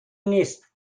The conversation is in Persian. نیست